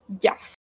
Yes